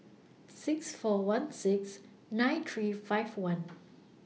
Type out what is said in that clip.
six four one six nine three five one